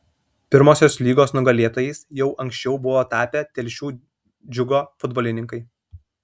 pirmosios lygos nugalėtojais jau anksčiau buvo tapę telšių džiugo futbolininkai